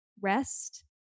rest